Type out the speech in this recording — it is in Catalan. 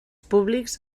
públics